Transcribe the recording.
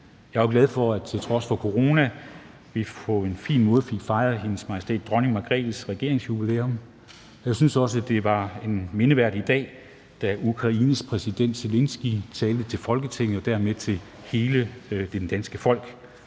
Jeg er jo glad for, at vi til trods for corona på en fin måde fik fejret Hendes Majestæt Dronning Margrethes regeringsjubilæum. Jeg synes også, det var en mindeværdig dag, da Ukraines præsident Zelenskyj talte til Folketinget og dermed til hele det danske folk.